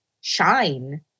shine